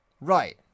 Right